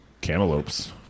cantaloupes